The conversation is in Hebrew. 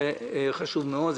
זה חשוב מאוד.